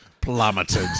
plummeted